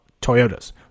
Toyotas